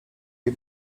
jej